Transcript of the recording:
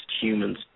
humans